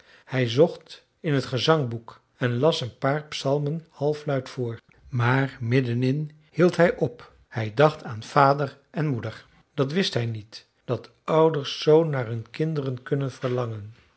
hij zocht in het gezangboek en las een paar psalmen halfluid voor maar middenin hield hij op hij dacht aan vader en moeder dat wist hij niet dat ouders z naar hun kinderen kunnen verlangen